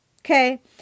okay